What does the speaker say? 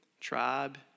tribe